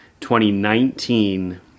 2019